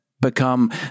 become